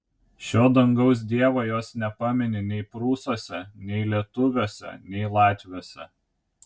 šio dangaus dievo jos nepamini nei prūsuose nei lietuviuose nei latviuose